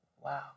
Wow